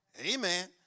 Amen